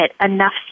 enough